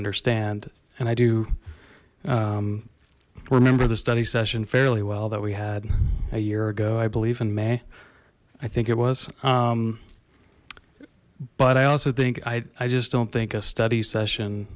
understand and i do remember the study session fairly well that we had a year ago i believe in may i think it was but i also think i i just don't think a study session